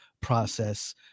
process